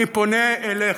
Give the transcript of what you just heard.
אני פונה אליך,